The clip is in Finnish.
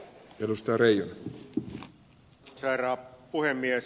arvoisa herra puhemies